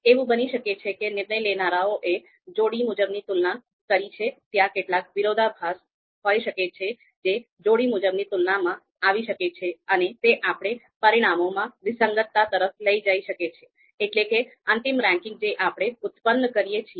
એવું બની શકે છે કે નિર્ણય લેનારાઓએ જે જોડી મુજબની તુલના કરી છે ત્યાં કેટલાક વિરોધાભાસ હોઈ શકે છે જે જોડી મુજબની તુલનામાં આવી શકે છે અને તે આપણે પરિણામોમાં વિસંગતતા તરફ લઇ જયી શકે છે એટલે કે અંતિમ રેન્કિંગ જે આપણે ઉત્પન્ન કરીએ છીએ